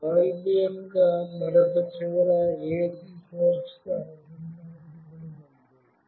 bulb యొక్క మరొక చివర AC సోర్స్ కి అనుసంధానించబడి ఉంది